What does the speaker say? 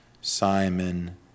Simon